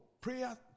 prayer